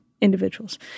Individuals